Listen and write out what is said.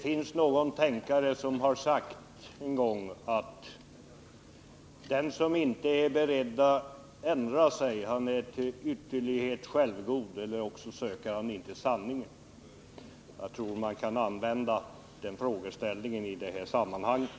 En tänkare har sagt en gång att den som inte är beredd att ändra sig, han är till ytterlighet självgod eller också söker han inte sanningen. Jag tror man kan använda den meningen i det här sammanhanget.